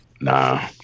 Nah